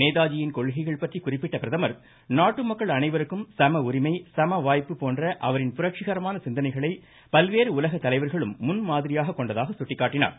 நேதாஜியின் கொள்கைகள்பற்றி குறிப்பிட்ட பிரதமர் நாட்டு மக்கள் அனைவருக்கும் சம உரிமை சம வாய்ப்பு போன்ற அவரின் புரட்சிகரமான சிந்தனைகளை பல்வேறு உலக தலைவர்களும் முன் மாதிரியாக கொண்டதாக சுட்டிக்காட்டினார்